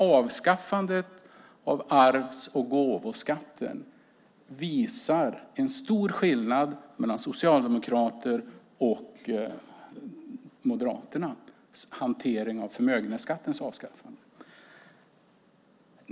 Avskaffandet arvs och gåvoskatten visar på en stor skillnad mellan Socialdemokraternas agerande och Moderaternas hantering av förmögenhetsskattens avskaffande.